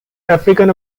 african